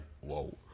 whoa